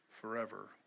forever